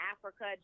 Africa